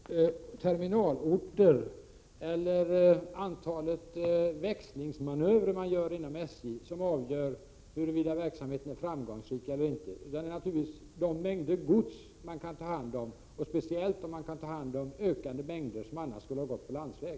Fru talman! Det är inte antalet terminalorter eller antalet växlingsmanövrer man gör inom SJ som avgör huruvida verksamheten är framgångsrik eller inte, utan det är de mängder gods man kan ta hand om och speciellt om man kan ta hand om ökande mängder gods som annars skulle ha transporterats på landsväg.